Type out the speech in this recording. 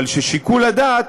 אבל ששיקול הדעת,